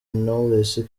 knowless